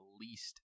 least